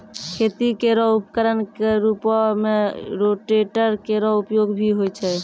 खेती केरो उपकरण क रूपों में रोटेटर केरो उपयोग भी होय छै